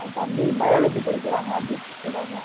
ஆ தம்பி பயோலஜி படிக்கிறாங்க அப்படின்ட்டு சொல்கிறாங்க